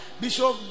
Bishop